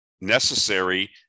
necessary